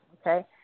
okay